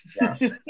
Yes